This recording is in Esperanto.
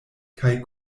kaj